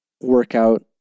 workout